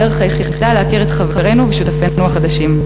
הדרך היחידה להכיר את חברינו ושותפינו החדשים.